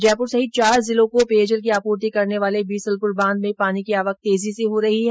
जयपुर सहित चार जिलों को पेयजल की आपूर्ति करने वाले बीसलपुर बांध में पानी की आवक तेजी से हो रही है